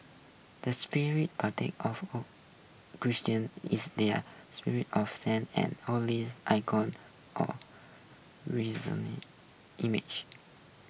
the of Christians is their of saints and holy icons or resaonly images